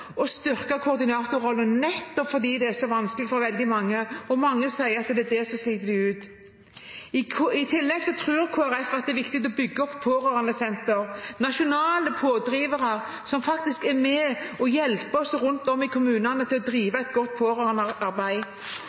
å styrke koordinatorrollen, nettopp fordi dette er så vanskelig for veldig mange – mange sier at det er det som sliter dem ut. I tillegg tror Kristelig Folkeparti at det er viktig å bygge opp pårørendesentre, nasjonale pådrivere, som er med og hjelper oss rundt om i kommunene til å drive et godt pårørendearbeid.